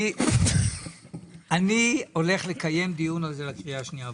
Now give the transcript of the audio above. אני רוצה שה-50%